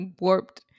warped